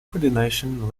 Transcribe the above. coordination